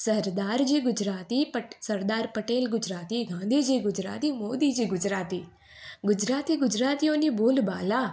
સરદારજી ગુજરાતી પટ સરદાર પટેલ ગુજરાતી ગાંધીજી ગુજરાતી મોદીજી ગુજરાતી ગુજરાતી ગુજરાતીઓની બોલબાલા